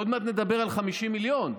עוד מעט נדבר על 50 מיליון,